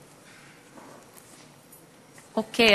אוקיי.